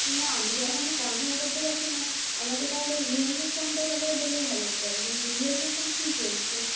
না আমি তো এখনই কনফার্ম করতে পারছি না আমাকে তাহলে রিয়েলমির ফোনটার ব্যাপারে বললে ভালো হতো আর কি রিয়েলমি এখন কি চলছে